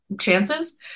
chances